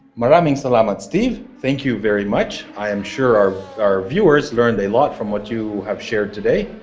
maraming salamat steve. thank you very much. i am sure our our viewers learned a lot from what you have shared today.